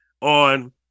on